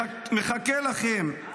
מחכה לכם,